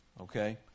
okay